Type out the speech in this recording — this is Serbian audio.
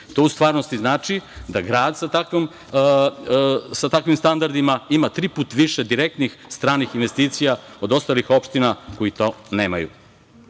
To u stvarnosti znači da grad sa takvim standardima ima tri puta više direktnih stranih investicija od ostalih opština koje to